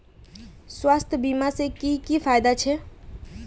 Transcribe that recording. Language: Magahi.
स्वास्थ्य बीमा से की की फायदा छे?